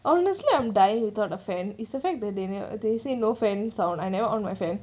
honestly I'm dying without a fan is the fact that they never they say no fans sound I never on my fan